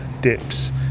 dips